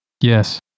Yes